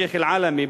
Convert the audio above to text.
השיח' אל-עלמי,